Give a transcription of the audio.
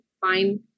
Find